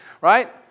Right